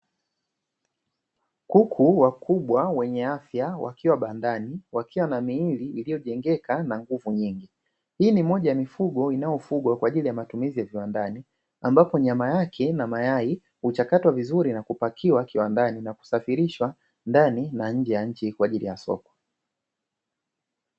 Kuku wakubwa wenye afya wakiwa bandani wakiwa na miili iliyojengeka na nguvu nyingi. Hii ni moja ya mifugo inayofugwa kwa ajili ya matumizi ya viwandani, ambapo nyama yake na mayai huchakatwa vizuri na kupakiwa kiwandani na kusafirishwa ndani na nje ya nchi kwa ajili ya soko.